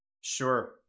Sure